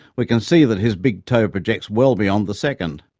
we can see that his big toe projects well beyond the second.